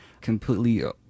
completely